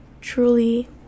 truly